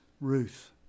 Ruth